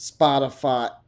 Spotify